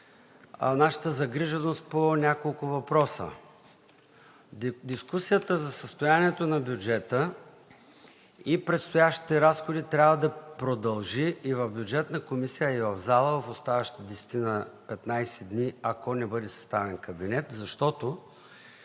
нашата загриженост по няколко въпроса. Дискусията за състоянието на бюджета и предстоящите разходи трябва да продължи и в Бюджетна комисия, и в залата в оставащите десетина-петнадесет дни, ако не бъде съставен кабинет, защото,